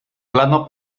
plano